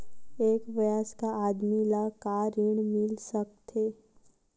एक वयस्क आदमी ल का ऋण मिल सकथे?